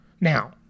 Now